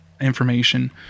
information